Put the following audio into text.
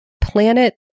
planet